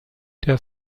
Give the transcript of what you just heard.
der